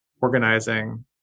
organizing